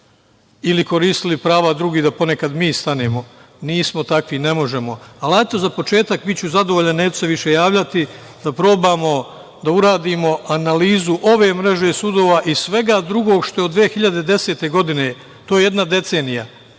ili koristili prava drugih da ponekad mi stanemo. Nismo takvi, ne možemo, ali hajte za početak biću zadovoljan, neću se više javljati, da probamo da uradimo analizu ove mreže sudova i svega drugog što je od 2010. godine. To je jedna decenija,